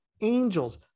Angels